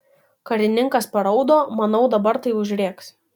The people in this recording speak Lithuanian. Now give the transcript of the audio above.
karininkas paraudo manau dabar tai užrėks